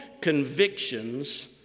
convictions